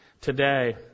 today